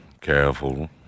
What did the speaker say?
Careful